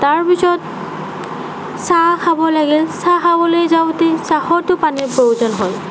তাৰপিছত চাহ খাব লাগিল চাহ খাবলৈ যাওঁতেও চাহতো পানীৰ প্ৰয়োজন হয়